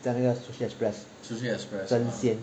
在那个 Sushi Express 真鲜